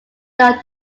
though